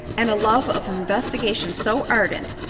and a love of investigation so ardent,